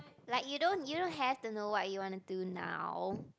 like you don't you don't have to know what you wanna do now